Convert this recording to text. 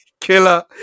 killer